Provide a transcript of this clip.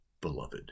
beloved